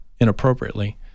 inappropriately